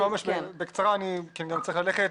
ממש בקצרה כי אני גם צריך ללכת.